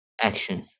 action